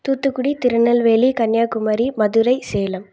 Thoothukudi Tirunelveli Kanyakumari Madurai Salem